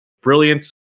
brilliant